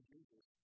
Jesus